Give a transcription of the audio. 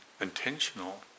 Intentional